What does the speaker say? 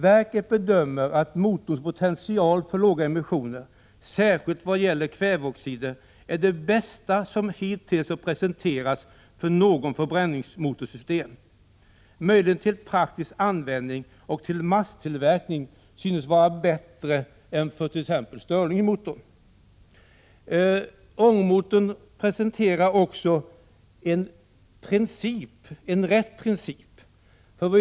Verket bedömer att motorns potential för låga emissioner, särskilt vad gäller kväveoxider, är den bästa som hittills har presenterats för något förbränningsmotorsystem. Möjligheterna till praktisk användning och masstillverkning synes vara bättre än för t.ex. stirlingmotorn.” Ångmotorn arbetar också efter rätt princip.